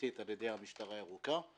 אכיפתית על-ידי המשטרה הירוקה.